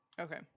Okay